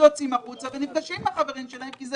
יוצאים החוצה ונפגשים עם החברים שלהם כי זה